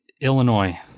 Illinois